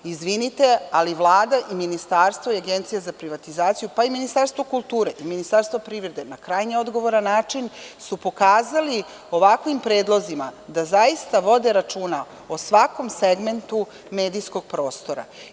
Izvinite, ali Vlada i Ministarstvo i Agencija za privatizaciju, pa i Ministarstvo kulture pa i Ministarstvo privrede na krajnje odgovoran način su pokazali ovakvim predlozima da zaista vode računa o svakom segmentu medijskog prostora.